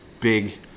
big